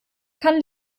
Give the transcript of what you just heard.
kann